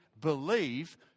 believe